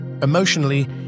Emotionally